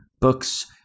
books